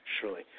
surely